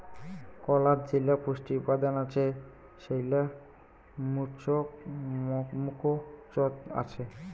কলাত যেইলা পুষ্টি উপাদান আছে সেইলা মুকোচত আছে